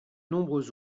nombreux